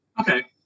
Okay